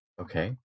Okay